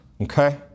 okay